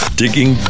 digging